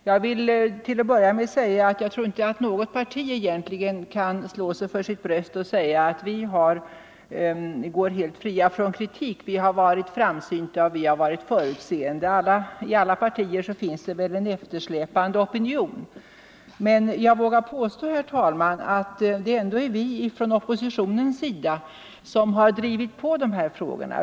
Jag vill till att börja med framhålla att jag inte tror att man inom något parti egentligen kan slå sig för sitt bröst och säga: Vi går helt fria från kritik, vi har varit framsynta och förutseende. I alla partier finns det väl en eftersläpande opinion. Men jag vågar påstå, herr talman, att det ändå är vi inom oppositionen som drivit på dessa frågor.